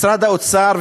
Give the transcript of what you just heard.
משרד האוצר,